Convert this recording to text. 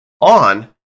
on